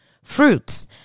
Fruits